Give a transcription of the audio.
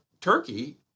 Turkey